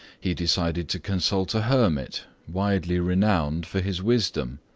he decided to consult a hermit, widely renowned for his wisdom.